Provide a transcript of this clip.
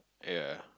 ya ya